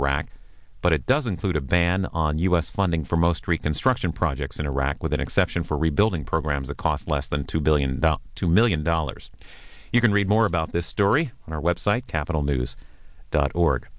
iraq but it doesn't suit a ban on u s funding for most reconstruction projects in iraq with an exception for rebuilding programs the cost less than two billion dollars two million dollars you can read more about this story on our web site capital news dot org